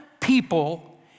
people